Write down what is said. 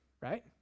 right